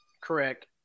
Correct